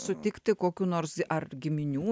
sutikti kokių nors ar giminių